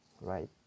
right